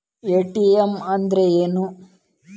ATM ಅಂದ್ರ ಏನು?